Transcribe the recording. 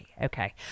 Okay